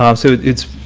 um so it's,